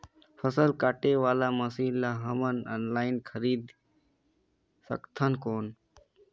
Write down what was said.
फसल काटे वाला मशीन ला हमन ऑनलाइन खरीद सकथन कौन?